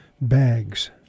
Bags